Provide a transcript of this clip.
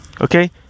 Okay